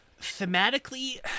thematically